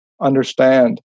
understand